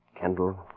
Kendall